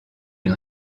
une